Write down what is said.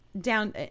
down